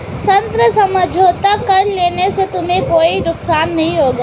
ऋण समझौता कर लेने से तुम्हें कोई नुकसान नहीं होगा